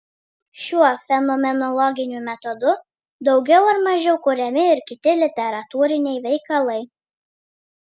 šiuo fenomenologiniu metodu daugiau ar mažiau kuriami ir kiti literatūriniai veikalai